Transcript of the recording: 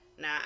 Now